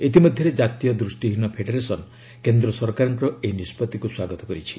ଇତିମଧ୍ୟରେ ଜାତୀୟ ଦୃଷ୍ଟିହୀନ ଫେଡେରେସନ୍ କେନ୍ଦ୍ର ସରକାରଙ୍କର ଏହି ନିଷ୍ପତ୍ତିକୁ ସ୍ୱାଗତ କରିଛି